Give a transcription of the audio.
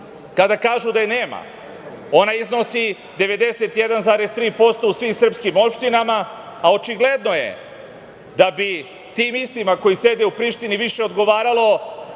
kada kažu da je nema, ona iznosi 91,3% u svim srpskim opštinama, a očigledno je da bi tim istima koji sede u Prištini više odgovaralo